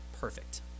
perfect